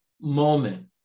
moment